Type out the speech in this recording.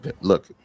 Look